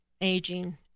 aging